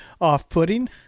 off-putting